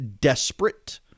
desperate